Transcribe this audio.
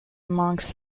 amongst